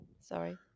Sorry